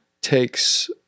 takes